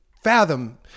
Fathom